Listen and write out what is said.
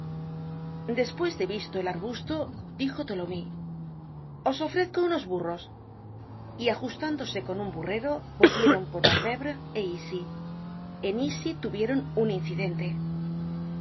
despues de visto el arbusto dijo tholomyes os ofrezco unos burros y ajustándose con un burrero volvieron por vanvres é issy en issy tuvieron un incidente el